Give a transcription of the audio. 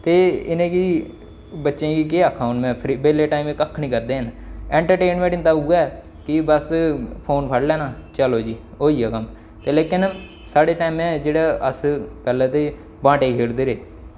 ते इ'नेंगी बच्चें गी केह् आक्खां हून में बेह्ले टाईम एह् कक्ख निं करदे हैन एंटरटेनमेंट इं'दा उ'ऐ कि बस फोन फड़ी लैना चली जी होई गेआ कम्म ते लेकिन साढ़े टैमै जेह्ड़े अस पैह्ले ते बांह्टे खेढदे रेह्